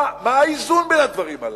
מה האיזון בין הדברים הללו?